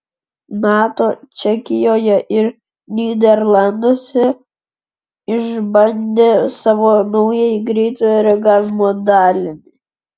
nato čekijoje ir nyderlanduose išbandė savo naująjį greitojo reagavimo dalinį